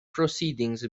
proceedings